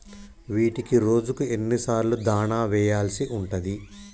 వీటికి రోజుకు ఎన్ని సార్లు దాణా వెయ్యాల్సి ఉంటది?